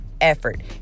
effort